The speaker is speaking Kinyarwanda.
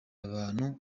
abantu